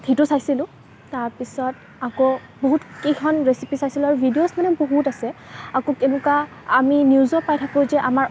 সেইটো চাইছিলোঁ তাৰপিছত আকৌ বহুত কেইখন ৰেচিপি চাইছিলোঁ আৰু ভিডিঅ'চ মানে বহুত আছে আকৌ এনেকুৱা আমি নিউজো পাই থাকোঁ যে আমাৰ